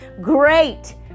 great